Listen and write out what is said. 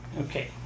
Okay